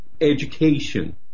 Education